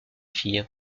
fille